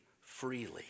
freely